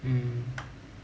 mm